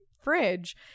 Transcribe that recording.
fridge